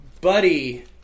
buddy